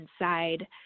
inside